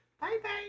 Bye-bye